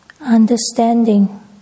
understanding